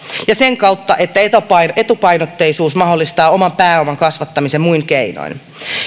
ja sen kautta että etupainotteisuus mahdollistaa oman pääoman kasvattamisen muin keinoin